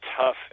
tough